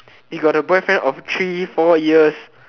you got a boyfriend of three four years